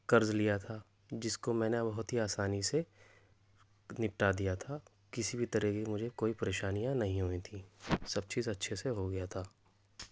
قرض لیا تھا جس کو میں نے بہت ہی آسانی سے نپٹا دیا تھا کسی بھی طرح کی مجھے کوئی پریشانیاں نہیں ہوئی تھیں سب چیز اچھے سے ہو گیا تھا